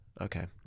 Okay